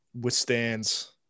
withstands